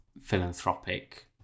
philanthropic